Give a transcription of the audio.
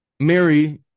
mary